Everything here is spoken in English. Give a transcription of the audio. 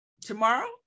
Tomorrow